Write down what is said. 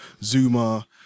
Zuma